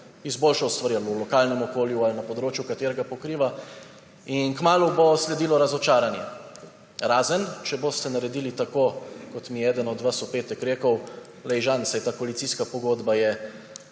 izboljšal stvari v lokalnem okolju ali na področju, ki ga pokriva. In kmalu bo sledilo razočaranje, razen če boste naredili tako, kot mi je eden od vas v petek rekel: »Poglej, Žan, saj ta koalicijska pogodba je